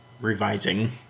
Revising